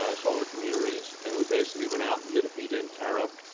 ah solar communities, and we basically went out and did a feed in tara.